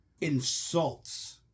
insults